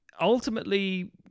ultimately